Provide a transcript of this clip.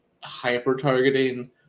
hyper-targeting